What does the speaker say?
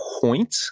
point